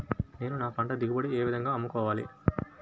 నేను నా పంట దిగుబడిని ఏ విధంగా అమ్ముకోవాలి?